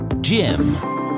Jim